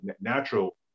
natural